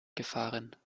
gefahren